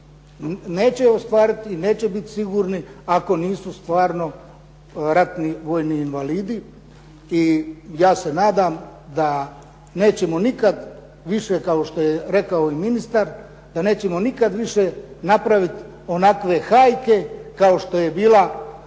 neće ostvariti i neće biti sigurni ako nisu stvarno ratni vojni invalidi. I ja se nadam da nećemo nikad više kao što je rekao i ministar, da nećemo nikad više napraviti onakve hajke kao što je bila ona